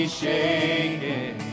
shaken